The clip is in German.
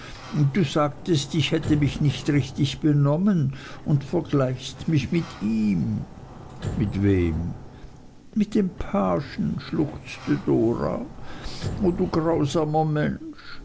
du sagtest ich hätte mich nicht richtig benommen und vergleichst mich mit ihm mit wem mit dem pagen schluchzte dora o du grausamer